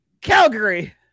Calgary